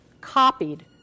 copied